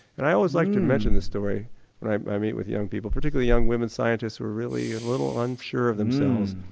and i always like to mention this story i meet with young people, particularly with young women scientists who are really a little unsure of themselves.